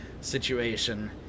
situation